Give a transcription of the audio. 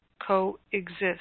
coexist